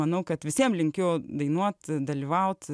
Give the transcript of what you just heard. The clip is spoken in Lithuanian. manau kad visiem linkiu dainuot dalyvaut